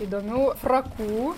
įdomių frakų